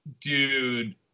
dude